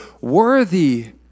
worthy